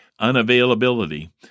unavailability